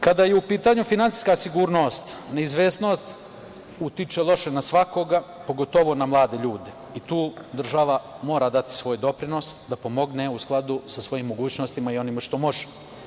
Kada je u pitanju finansijska sigurnost, neizvesnost utiče na svakoga, pogotovo na mlade ljude i tu država mora dati svoj doprinos da pomogne u skladu sa svojim mogućnostima i onim što može.